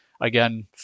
Again